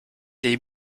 des